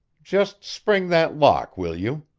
just spring that lock, will you?